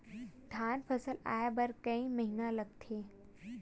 धान फसल आय बर कय महिना लगथे?